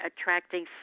attracting